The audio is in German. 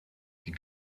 die